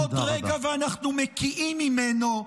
עוד רגע ואנחנו מקיאים ממנו.